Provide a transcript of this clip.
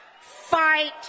fight